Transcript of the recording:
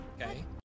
Okay